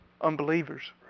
unbelievers